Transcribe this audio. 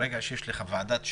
ברגע שיש לך ועדת שליש,